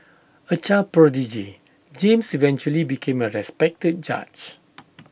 A child prodigy James eventually became A respected judge